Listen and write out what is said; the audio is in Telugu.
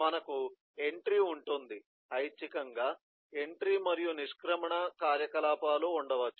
మనకు ఎంట్రీ ఉంటుంది ఐచ్ఛికంగా ఎంట్రీ మరియు నిష్క్రమణ కార్యకలాపాలు ఉండవచ్చు